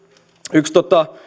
yksi